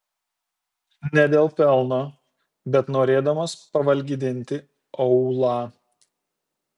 ne dėl pelno bet norėdamas pavalgydinti aūlą